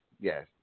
Yes